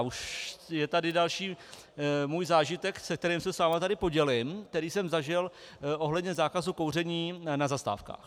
Už je tady další můj zážitek, o který se s vámi podělím, který jsem zažil ohledně zákazu kouření na zastávkách.